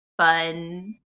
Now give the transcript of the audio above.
fun